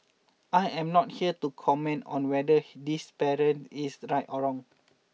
I am not here to comment on whether this parent is right or wrong